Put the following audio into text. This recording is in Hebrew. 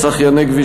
צחי הנגבי,